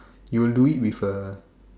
you will do it with a